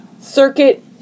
Circuit